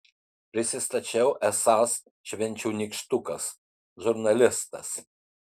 prisistačiau esąs švenčių nykštukas žurnalistas